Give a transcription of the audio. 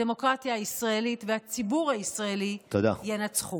הדמוקרטיה הישראלית והציבור הישראלי ינצחו.